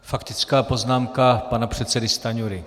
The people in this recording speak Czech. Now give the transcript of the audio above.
Faktická poznámka pana předsedy Stanjury.